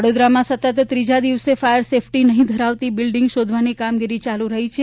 વડોદરામાં સતત ત્રીજા દિવસે ફાયર સેફટી નહીં ધરાવતી બિલ્ડિંગ શોધવાની કામગીરી ચાલુ રહી છે